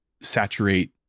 saturate